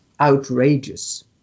outrageous